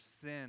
sin